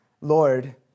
Lord